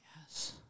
Yes